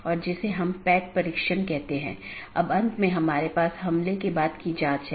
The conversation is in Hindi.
तो यह एक तरह से पिंगिंग है और एक नियमित अंतराल पर की जाती है